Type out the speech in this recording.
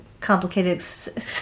complicated